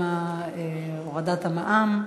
-- עכשיו עם הורדת המע"מ,